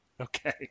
Okay